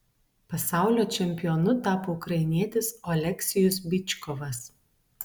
pasaulio čempionu tapo ukrainietis oleksijus byčkovas